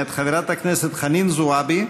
מאת חברת הכנסת חנין זועבי.